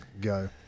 Go